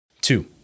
Two